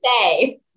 say